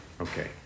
Okay